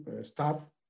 staff